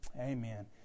amen